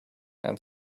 and